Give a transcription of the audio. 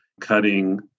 cutting